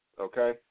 okay